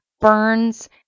burns